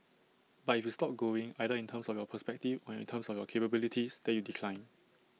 but if you stop growing either in terms of your perspective or in terms of capabilities then you decline